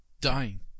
dying